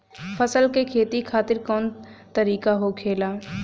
फसल का खेती खातिर कवन तरीका होखेला?